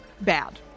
bad